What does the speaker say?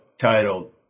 titled